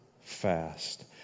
fast